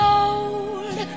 old